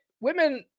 Women